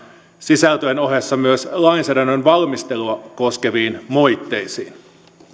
sisältöjen ohessa myös lainsäädännön valmistelua koskeviin moitteisiin